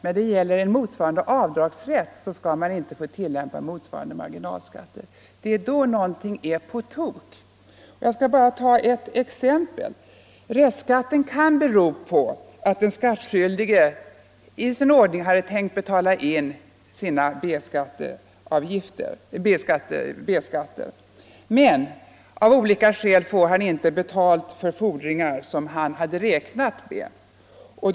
När det är fråga om motsvarande avdragsrätt så skall man inte få tillämpa konsekvenserna av marginalskatterna. Det är då någonting är på tok. Jag skall bara ta ett exempel. Kvarskatten kan bero på att den skattskyldige i vederbörlig ordning hade tänkt göra fyllnadsinbetalning men av olika skäl inte får betalt för fordringar som han hade räknat med.